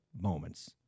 moments